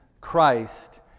Christ